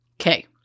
Okay